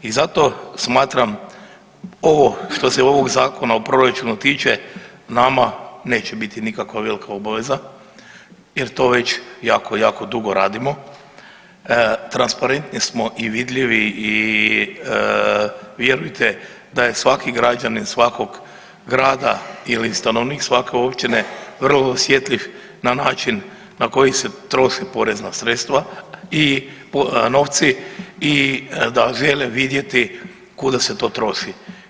I zato smatram ovo što se ovog Zakona o proračunu tiče nama neće biti nikakva velika obaveza jer to već jako, jako dugo radimo, transparentni smo i vidljivi i vjerujte da je svaki građanin svakog grada ili stanovnik svake općine vrlo osjetljiv na način na koji se troši porezna sredstva i novci i da žele vidjeti kuda se to troši.